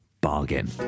Bargain